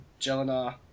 jelena